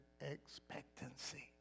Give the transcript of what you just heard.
expectancy